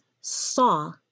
saw